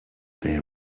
they